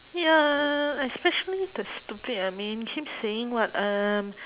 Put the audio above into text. ya especially the stupid I mean keep saying what um